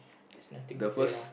there's nothing to play around